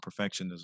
perfectionism